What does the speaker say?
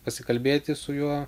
pasikalbėti su juo